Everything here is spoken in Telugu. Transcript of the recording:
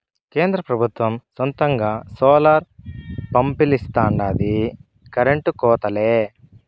కేంద్ర పెబుత్వం సొంతంగా సోలార్ పంపిలిస్తాండాది ఇక కరెంటు కోతలే